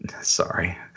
sorry